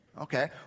Okay